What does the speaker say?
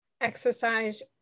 exercise